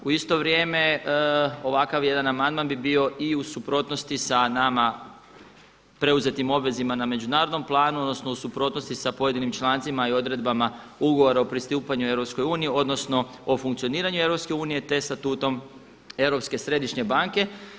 U isto vrijeme ovakav jedan amandman bi bio i u suprotnosti sa nama preuzetim obvezama na međunarodnom planu odnosno u suprotnosti sa pojedinim člancima i odredbama ugovora o pristupanju EU odnosno o funkcioniranju Europske unije te statutom Europske središnje banke.